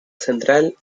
central